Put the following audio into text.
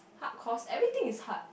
hard cost everything is hard